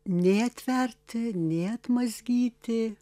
nei atverti nei atmazgyti